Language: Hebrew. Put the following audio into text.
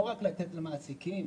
לא לתת רק למעסיקים